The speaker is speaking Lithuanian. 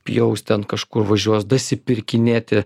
pjaus ten kažkur važiuos dasipirkinėti